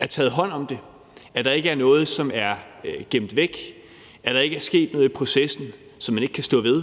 er taget hånd om det, at der ikke er noget, som er gemt væk, og at der ikke er sket noget i processen, som man ikke kan stå ved,